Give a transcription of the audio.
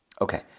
Okay